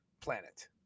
planet